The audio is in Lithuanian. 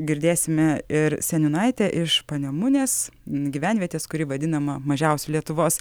girdėsime ir seniūnaitę iš panemunės gyvenvietės kuri vadinama mažiausiu lietuvos